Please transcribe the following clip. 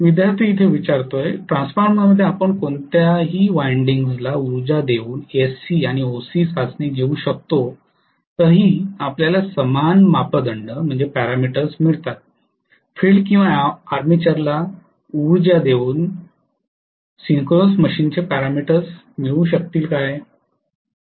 विद्यार्थीः ट्रान्सफॉर्मरमध्ये आपण कोणत्याही वाइंडिंग्सला उर्जा देऊन एससी आणि ओसी चाचणी घेऊ शकतो तरीही आपल्याला समान मापदंड पॅरामीटर्स मिळतात फील्ड किंवा आर्मेचरला उर्जा देऊन करून सिंक्रोनस मशीनचे पॅरामीटर्स मिळू शकतील काय